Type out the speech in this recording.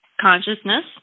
consciousness